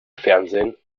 fernsehen